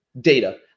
data